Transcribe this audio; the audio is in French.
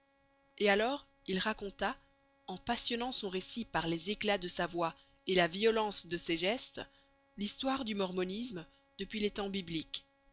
et alors il raconta en passionnant son récit par les éclats de sa voix et la violence de ses gestes l'histoire du mormonisme depuis les temps bibliques